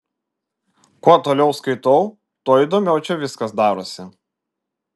kuo toliau skaitau tuo įdomiau čia viskas darosi